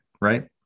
Right